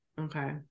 Okay